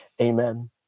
Amen